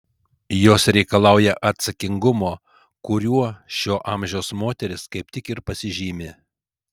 jos reikalauja atsakingumo kuriuo šio amžiaus moterys kaip tik ir pasižymi